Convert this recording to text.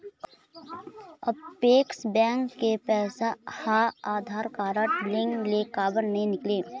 Apex bank के पैसा हा आधार कारड लिंक ले काबर नहीं निकले?